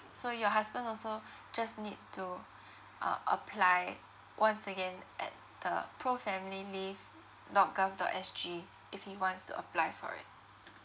so your husband also just need to uh apply once again at the pro family leave dot gov dot S G if he wants to apply for it